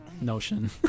notion